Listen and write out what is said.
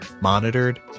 monitored